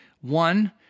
One